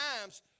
times